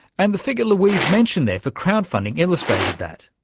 and the figure louise mentioned there for crowd funding illustrated that.